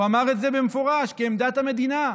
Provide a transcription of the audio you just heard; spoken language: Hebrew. הוא אומר את זה במפורש כעמדת המדינה.